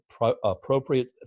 appropriate